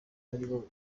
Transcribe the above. aribo